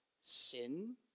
sin